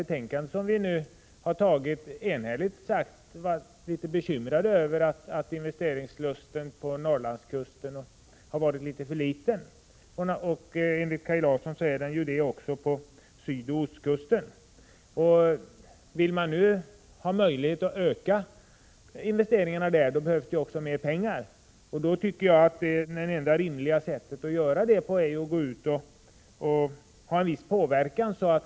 Utskottet har i detta betänkande enhälligt sagt att man är bekymrad över att investeringslusten på Norrlandskusten har varit för liten. Enligt Kaj Larsson är den för liten också på sydoch ostkusten. Skall det bli möjligt att öka investeringarna där behövs det mera pengar, och det enda rimliga sättet att skapa den möjligheten är att utöva en viss påverkan.